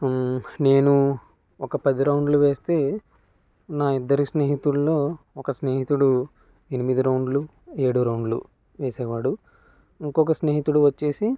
నేను ఒక పది రౌండ్లు వేస్తే నా ఇద్దరి స్నేహితుల్లో ఒక స్నేహితుడు ఎనిమిది రౌండ్లు ఏడు రౌండ్లు వేసేవాడు ఇంకొక స్నేహితుడు వచ్చేసి